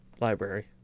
library